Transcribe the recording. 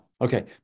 Okay